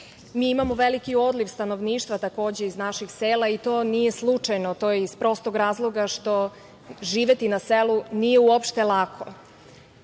Mi imamo veliki odliv stanovništva takođe iz naših sela i to nije slučajno, to je iz prostog razloga što živeti na selu nije uopšte lako.